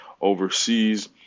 overseas